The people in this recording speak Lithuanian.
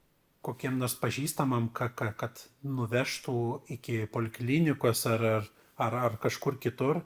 kokiem nors pažįstamam ka ka kad nuvežtų iki poliklinikos ar ar ar ar kažkur kitur